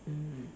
mm